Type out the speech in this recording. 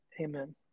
Amen